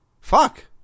Fuck